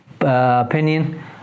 opinion